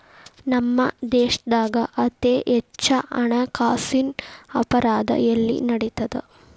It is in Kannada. ನಮ್ಮ ದೇಶ್ದಾಗ ಅತೇ ಹೆಚ್ಚ ಹಣ್ಕಾಸಿನ್ ಅಪರಾಧಾ ಎಲ್ಲಿ ನಡಿತದ?